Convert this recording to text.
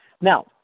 Now